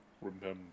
remember